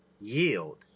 yield